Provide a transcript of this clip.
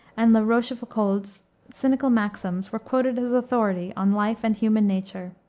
and la rochefoucauld's cynical maxims were quoted as authority on life and human nature.